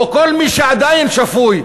או כל מי שעדיין שפוי,